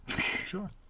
Sure